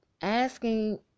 asking